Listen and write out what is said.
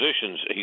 positions